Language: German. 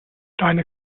deine